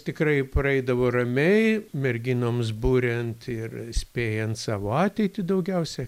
tikrai praeidavo ramiai merginoms buriant ir spėjant savo ateitį daugiausia